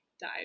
died